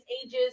ages